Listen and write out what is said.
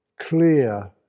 clear